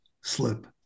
slip